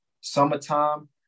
Summertime